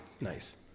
nice